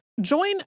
Join